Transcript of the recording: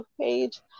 page